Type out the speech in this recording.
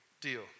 deal